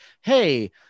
hey